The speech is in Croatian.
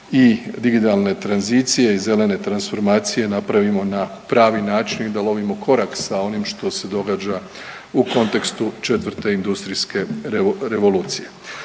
i, digitalne tranzicije i zelene transformacije napravimo na pravi način i da lovimo korak sa onim što se događa u kontekstu 4. industrijske revolucije.